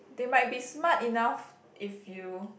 they might be smart enough if you